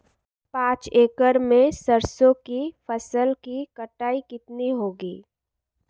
पांच एकड़ में सरसों की फसल की कटाई कितनी होगी?